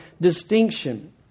distinction